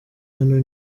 hano